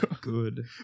Good